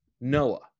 Noah